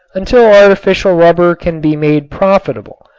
until artificial rubber can be made profitable,